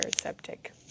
septic